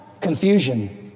confusion